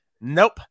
nope